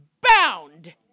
bound